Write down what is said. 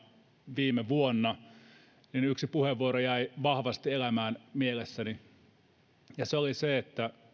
viime vuonna yksi puheenvuoro jäi vahvasti elämään mielessäni se oli se että